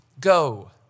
go